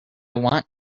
want